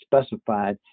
specified